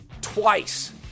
twice